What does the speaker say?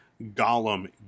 Gollum